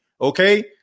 Okay